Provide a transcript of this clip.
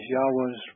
Yahweh's